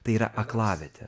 tai yra aklavietė